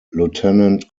lieutenant